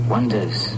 Wonders